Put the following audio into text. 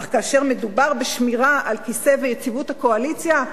אך כאשר מדובר בשמירה על כיסא ויציבות הקואליציה,